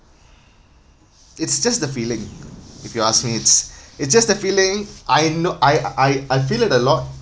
it's just the feeling if you me it's it's just a feeling I know I I feel it a lot